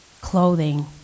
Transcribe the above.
clothing